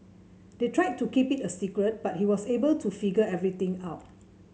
they tried to keep it a secret but he was able to figure everything out